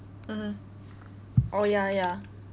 mmhmm oh ya ya